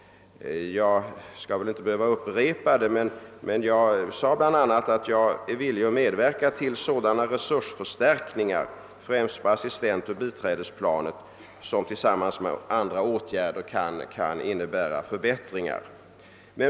Jag skall väl inte behöva upprepa det, men jag sade bl.a. att jag är villig att medverka till sådana resursförstärkningar, främst på assistentoch biträdesplanet, som tillsammans med andra åtgärder kan innebära förbättringar.